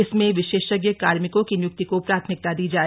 इसमें विशेषज्ञ कार्मिकों की निय्क्ति को प्राथमिकता दी जाए